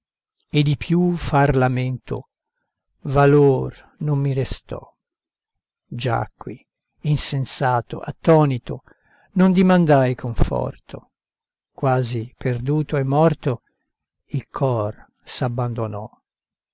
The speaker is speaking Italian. e di più far lamento valor non mi restò giacqui insensato attonito non dimandai conforto quasi perduto e morto il cor s'abbandonò